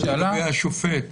השופט